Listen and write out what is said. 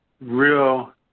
real